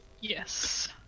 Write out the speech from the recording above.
Yes